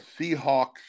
Seahawks